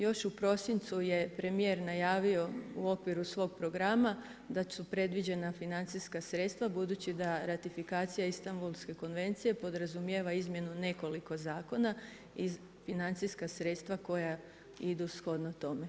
Još u prosincu je premijer najavio u okviru svog programa da su predviđena financijska sredstva budući da ratifikacija Istambulske konvencije podrazumijeva izmjenu nekoliko zakona i financijska sredstva koja idu shodno tome.